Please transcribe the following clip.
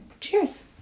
Cheers